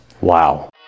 Wow